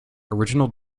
original